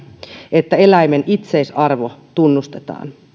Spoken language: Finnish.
että eläimen itseisarvo tunnustetaan